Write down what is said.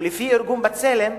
ולפי ארגון "בצלם"